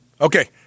Okay